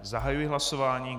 Zahajuji hlasování.